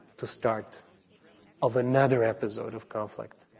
to start of another episode of conflict,